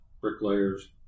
bricklayers